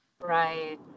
Right